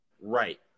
Right